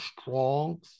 strong